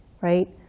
right